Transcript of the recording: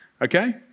okay